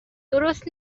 درست